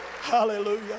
Hallelujah